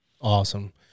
awesome